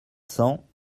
cents